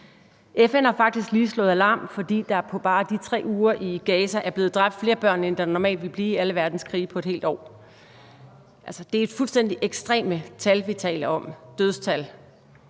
FN har faktisk lige slået alarm, fordi der på bare på de 3 uger i Gaza er blevet dræbt flere børn, end der normalt ville blive i alle verdens krige på et helt år. Altså, det er fuldstændig ekstreme tal, altså dødstal,